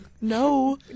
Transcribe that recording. No